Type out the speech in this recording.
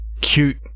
cute